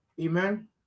Amen